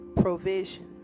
provision